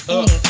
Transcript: up